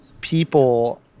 people